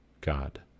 God